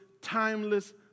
timeless